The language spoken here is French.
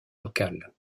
locale